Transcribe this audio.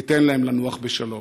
ניתן להם לנוח בשלום.